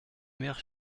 mères